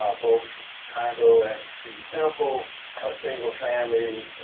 both for handle and fee simple, a single family